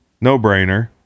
No-brainer